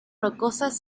rocosas